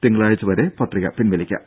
തിങ്കളാഴ്ച വരെ പത്രിക പിൻവലിക്കാം